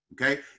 Okay